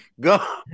Go